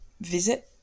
visit